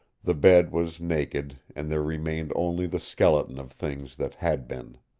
the bed was naked and there remained only the skeleton of things that had been.